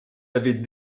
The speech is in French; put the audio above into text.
avez